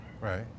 Right